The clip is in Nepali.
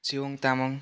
सियोङ तामाङ